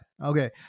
Okay